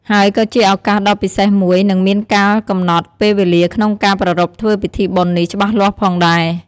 ហើយក៏ជាឱកាសដ៏ពិសេសមួយ និងមានកាលកំណត់ពេលវេលាក្នុងការប្រារព្ធធ្វើពិធីបុណ្យនេះច្បាស់លាស់ផងដែរ។